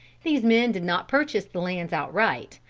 these men did not purchase the lands outright,